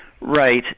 Right